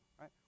right